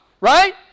right